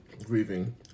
Grieving